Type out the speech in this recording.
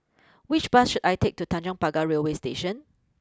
which bus should I take to Tanjong Pagar Railway Station